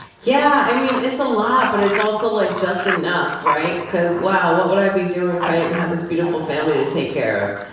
yeah. i mean it's a lot, but it's also, like, just enough, right? cause wow, what would i be doing if i didn't have this beautiful family to take care of?